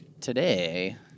Today